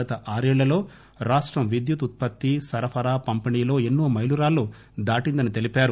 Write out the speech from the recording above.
గత ఆరేళ్లలో రాష్టం విద్యుత్ ఉత్పత్తి సరఫరా పంపిణీలో ఎన్పో మైలురాళ్లు దాటిందని తెలిపారు